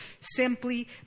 simply